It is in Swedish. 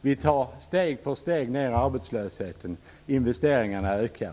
Vi tar steg för steg ned arbetslösheten. Investeringarna ökar.